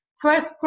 first